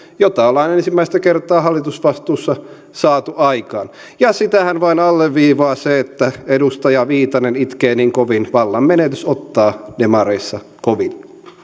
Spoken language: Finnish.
mikä on ensimmäistä kertaa hallitusvastuussa ollessa saatu aikaan ja sitähän vain alleviivaa se että edustaja viitanen itkee niin kovin vallan menetys ottaa demareissa koville